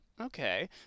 Okay